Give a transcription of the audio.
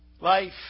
Life